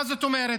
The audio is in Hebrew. מה זאת אומרת?